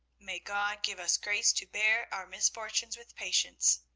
may god give us grace to bear our misfortunes with patience!